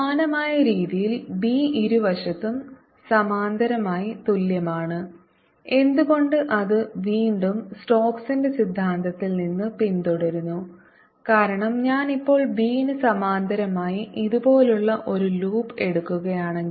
സമാനമായ രീതിയിൽ b ഇരുവശത്തും സമാന്തരമായി തുല്യമാണ് എന്തുകൊണ്ട് അത് വീണ്ടും സ്റ്റോക്സിന്റെ സിദ്ധാന്തത്തിൽ നിന്ന് പിന്തുടരുന്നു കാരണം ഞാൻ ഇപ്പോൾ b ന് സമാന്തരമായി ഇതുപോലുള്ള ഒരു ലൂപ്പ് എടുക്കുകയാണെങ്കിൽ